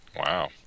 Wow